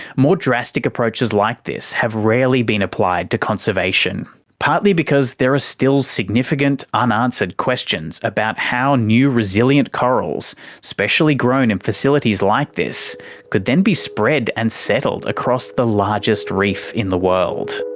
more drastic approaches like this have rarely been applied to conservation, partly because there are still significant, unanswered questions about how new resilient corals specially grown in facilities like this could then be spread and settled across the largest reef in the world.